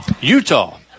Utah